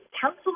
council